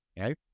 Okay